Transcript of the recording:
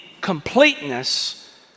completeness